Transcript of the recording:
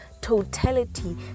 totality